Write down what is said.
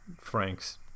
Frank's